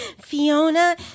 Fiona